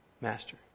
master